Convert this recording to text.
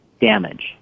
damage